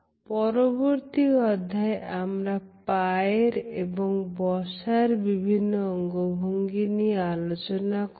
পরবর্তী অধ্যায়ে আমরা পায়ের এবং বসার বিভিন্ন অঙ্গভঙ্গি নিয়ে আলোচনা করব